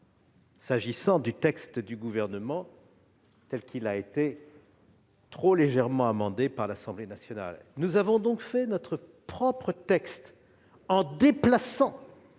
s'agissant du texte du Gouvernement, tel qu'il a été trop légèrement amendé par l'Assemblée nationale. Nous avons donc fait notre propre texte, en déplaçant